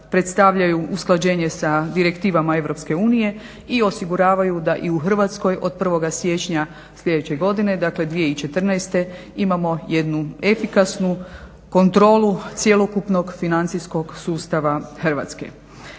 predstavljaju usklađenje sa direktivama EU i osiguravaju da i u Hrvatskoj od 01. siječnja sljedeće godine, dakle 2014. imamo jednu efikasnu kontrolu cjelokupnog financijskog sustava Hrvatske.